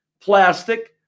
plastic